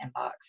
inbox